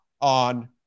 on